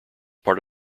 part